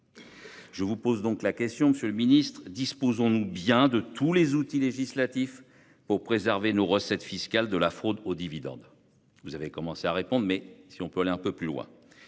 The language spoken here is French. Je vous pose donc la question, monsieur le ministre : disposons-nous bien de tous les outils législatifs pour préserver nos recettes fiscales de la fraude aux dividendes ? Vous avez commencé à y répondre, mais j'aimerais que vous alliez plus loin.